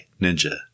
Ninja